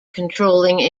controlling